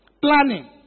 planning